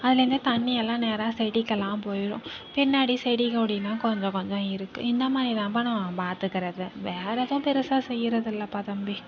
அதுலேருந்து தண்ணியெல்லாம் நேராக செடிக்கெல்லாம் போயிடும் பின்னாடி செடி கொடினா கொஞ்சம் கொஞ்சம் இருக்குது இந்த மாதிரி தான்பா நம்ம பாத்துக்கிறது வேறேதும் பெருசாக செய்யுறதில்லப்பா தம்பி